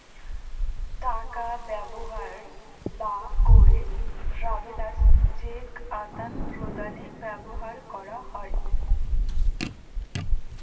টাকা ব্যবহার লা ক্যেরে ট্রাভেলার্স চেক আদাল প্রদালে ব্যবহার ক্যেরে হ্যয়